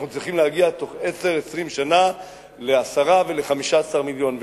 אנחנו צריכים להגיע בתוך 10 20 שנה ל-10 ול-15 מיליון.